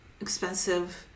expensive